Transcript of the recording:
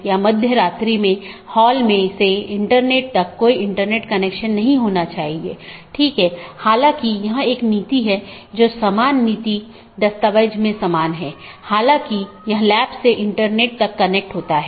एक पारगमन AS में मल्टी होम AS के समान 2 या अधिक ऑटॉनमस सिस्टम का कनेक्शन होता है लेकिन यह स्थानीय और पारगमन ट्रैफिक दोनों को वहन करता है